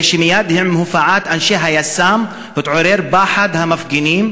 הרי שמייד עם הופעת אנשי היס"מ התעורר פחד המפגינים,